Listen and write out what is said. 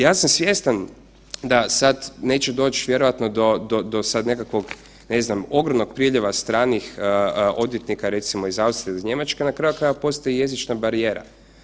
Ja sam svjestan da sad neće doći vjerojatno do sad nekakvog ne znam, ogromnog priljeva stranih odvjetnika, recimo iz Austrije ili Njemačke, na kraju krajeva postoji jezična barijera.